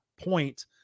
point